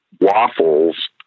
waffles